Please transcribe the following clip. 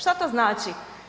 Šta to znači?